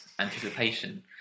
anticipation